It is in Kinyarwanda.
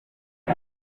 kuba